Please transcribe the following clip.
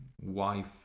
wife